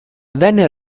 venne